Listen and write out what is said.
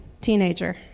teenager